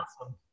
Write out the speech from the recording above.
awesome